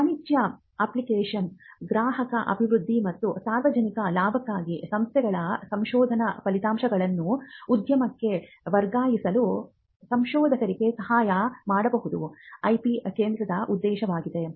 ವಾಣಿಜ್ಯ ಅಪ್ಲಿಕೇಶನ್ ಗ್ರಾಹಕ ಅಭಿವೃದ್ಧಿ ಮತ್ತು ಸಾರ್ವಜನಿಕ ಲಾಭಕ್ಕಾಗಿ ಸಂಸ್ಥೆಗಳ ಸಂಶೋಧನಾ ಫಲಿತಾಂಶಗಳನ್ನು ಉದ್ಯಮಕ್ಕೆ ವರ್ಗಾಯಿಸಲು ಸಂಶೋಧಕರಿಗೆ ಸಹಾಯ ಮಾಡುವುದು IP ಕೇಂದ್ರದ ಉದ್ದೇಶವಾಗಿದೆ